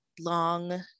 long